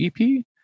EP